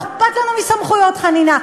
לא אכפת לנו מסמכויות חנינה.